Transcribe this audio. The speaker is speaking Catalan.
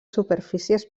superfícies